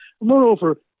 moreover